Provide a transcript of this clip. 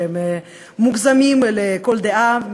שהם מוגזמים לכל דעה,